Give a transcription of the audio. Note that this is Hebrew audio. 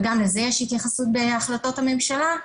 וגם לזה יש התייחסות בהחלטות הממשלה,